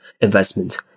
investment